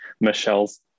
Michelle's